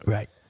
Right